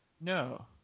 No